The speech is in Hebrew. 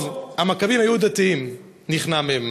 טוב, המכבים היו דתיים, נכנע מ'.